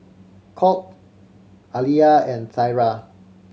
Colt Aliyah and Thyra